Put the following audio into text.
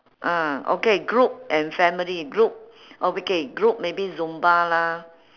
ah okay group and family group okay group maybe zumba lah